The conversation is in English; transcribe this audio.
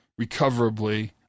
recoverably